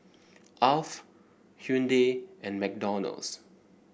Alf Hyundai and McDonald's